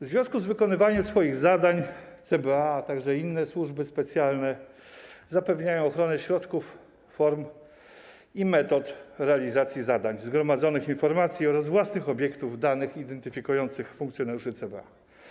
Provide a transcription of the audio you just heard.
W związku z wykonywaniem swoich zadań CBA, a także inne służby specjalne zapewniają ochronę środków, form i metod realizacji zadań, zgromadzonych informacji oraz własnych obiektów danych identyfikujących funkcjonariuszy CBA.